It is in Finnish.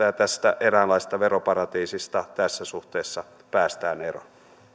ja tästä eräänlaisesta veroparatiisista tässä suhteessa päästään eroon